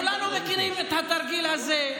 כולנו מכירים את התרגיל הזה,